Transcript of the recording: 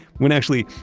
when actually,